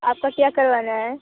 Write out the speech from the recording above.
आपका क्या करवाना है